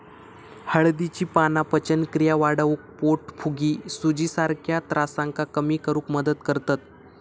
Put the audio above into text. हळदीची पाना पचनक्रिया वाढवक, पोटफुगी, सुजीसारख्या त्रासांका कमी करुक मदत करतत